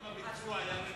גם הביצוע היה רטרואקטיבי,